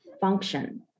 function